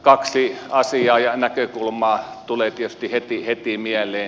kaksi asiaa ja näkökulmaa tulee tietysti heti mieleen